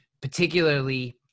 particularly